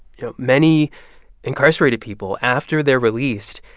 you know, many incarcerated people after they're released,